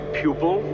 pupil